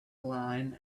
line